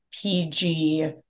pg